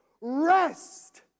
Rest